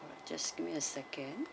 just give me a second